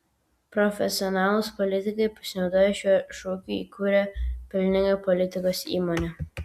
profesionalūs politikai pasinaudoję šiuo šūkiu įkūrė pelningą politikos įmonę